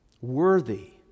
worthy